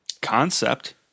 concept